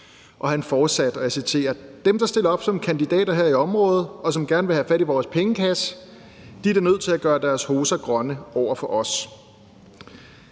Han fortsatte med, og jeg citerer, at »dem, som stiller op som kandidater her i området og som gerne vil have fat i vores pengekasse, de er da nødt til at gøre deres hoser grønne over for os«.